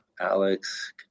Alex